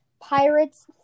Pirates